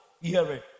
hearing